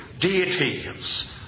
deities